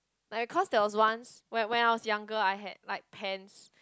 like cause there was once when when I was younger I had like pants